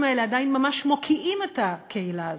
האלה עדיין ממש מוקיעים את הקהילה הזאת.